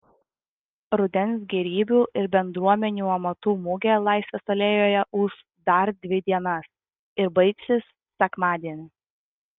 rudens gėrybių ir bendruomenių amatų mugė laisvės alėjoje ūš dar dvi dienas ir baigsis sekmadienį